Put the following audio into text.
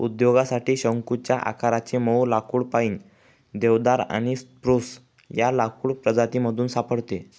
उद्योगासाठी शंकुच्या आकाराचे मऊ लाकुड पाईन, देवदार आणि स्प्रूस या लाकूड प्रजातीमधून सापडते